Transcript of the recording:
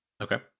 Okay